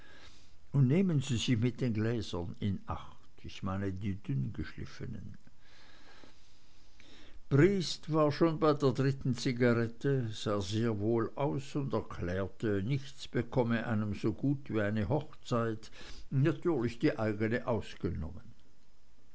und nehmen sie sich mit den gläsern in acht ich meine die dünngeschliffenen briest war schon bei der dritten zigarette sah sehr wohl aus und erklärte nichts bekomme einem so gut wie eine hochzeit natürlich die eigene ausgenommen